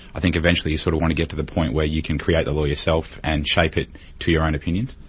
i think eventually you sort of want to get to the point where you can create the law yourself and shape it to your own opinions.